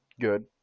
good